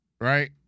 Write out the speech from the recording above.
right